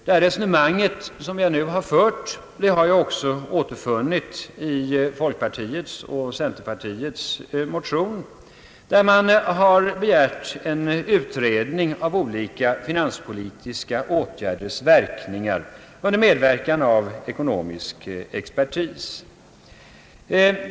Det resonemang som jag nu fört har jag också återfunnit i folkpartiets och centerpartiets motion, där man har begärt en utredning av olika finanspolitiska åtgärders verkningar under medverkan av ekonomisk expertis.